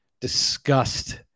disgust